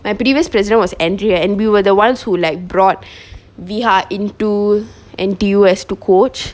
my previous president was andrea and we were the ones who like brought viha into N_T_U as to coach